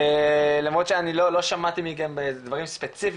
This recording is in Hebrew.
למרות שאני לא שמעתי מכם דברים ספציפיים